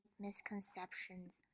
misconceptions